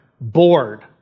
bored